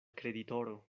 kreditoro